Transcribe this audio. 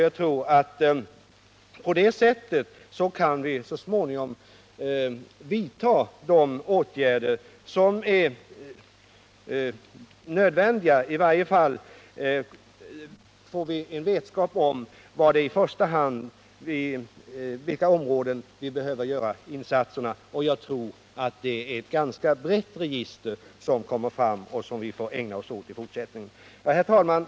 Jag tror att vi på det sättet så småningom skall kunna vidta de åtgärder som är nödvändiga. I varje fall får vi vetskap om vilka områden vi i första hand behöver göra insatser på. Jag förmodar att det blir ett ganska brett register som vi får ägna oss åt i fortsättningen. Herr talman!